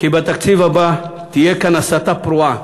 כי בתקציב הבא תהיה כאן הסתה פרועה,